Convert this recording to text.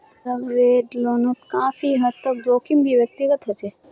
leveraged लोनोत काफी हद तक जोखिम भी व्यक्तिगत होचे